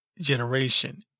generation